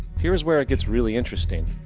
here is where it gets really interesting.